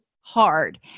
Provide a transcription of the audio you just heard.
hard